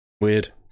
weird